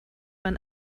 man